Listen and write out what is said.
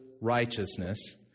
righteousness